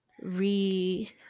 re